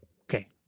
Okay